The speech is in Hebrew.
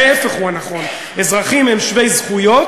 ההפך הוא הנכון, אזרחים הם שווי זכויות